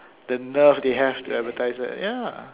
the nerve they have to advertise that ya